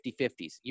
50-50s